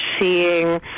seeing